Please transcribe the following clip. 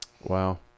Wow